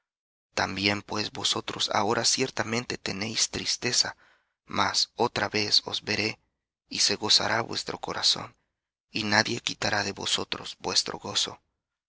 también pues vosotros ahora ciertamente tenéis tristeza mas otra vez os veré y se gozará vuestro corazón y nadie quitará de vosotros vuestro gozo